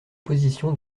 positions